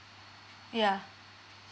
yeah